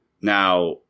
Now